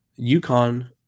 UConn